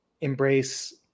embrace